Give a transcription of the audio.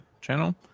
channel